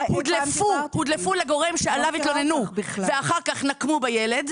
הודלפו לגורם שעליו התלוננו, ואחר-כך נקמו בילד.